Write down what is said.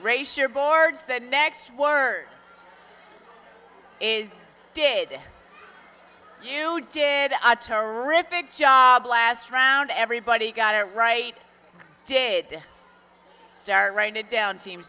sure boards the next word is did you did a terrific job last round everybody got a right did start writing it down team